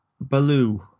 Baloo